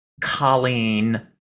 Colleen